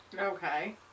Okay